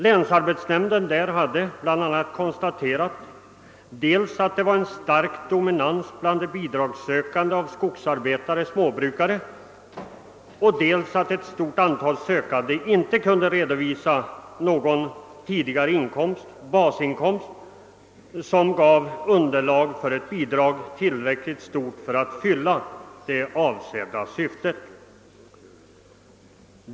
Länsarbetsnämnden där hade bl a. konstaterat dels att det var en stark dominans bland de bidragssökande av skogsarbetare och småbrukare, dels att ett stort antal sökande inte kunde redovisa sådan tidigare basinkomst att den gav underlag för tillräckligt stort bidrag.